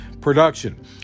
production